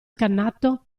scannato